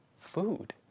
food